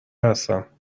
هستم